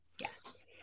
yes